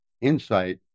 insight